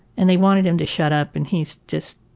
and they wanted him to shut up and he is just,